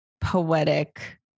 poetic